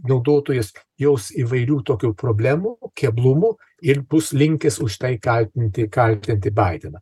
naudotojas jaus įvairių tokių problemų keblumų ir bus linkęs už tai kaltinti kaltinti baideną